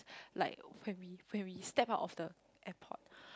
like when we when we step out of the airport